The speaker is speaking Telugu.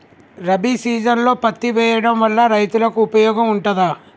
రబీ సీజన్లో పత్తి వేయడం వల్ల రైతులకు ఉపయోగం ఉంటదా?